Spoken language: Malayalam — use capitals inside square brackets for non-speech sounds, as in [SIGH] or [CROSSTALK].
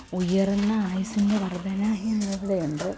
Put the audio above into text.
ഉയർന്ന ആയുസ്സിൻ്റെ വർദ്ധന [UNINTELLIGIBLE] എന്തോ